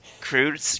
Crude